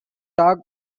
talk